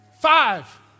Five